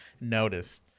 noticed